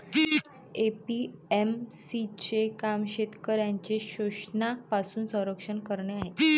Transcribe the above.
APMC चे काम शेतकऱ्यांचे शोषणापासून संरक्षण करणे आहे